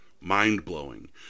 mind-blowing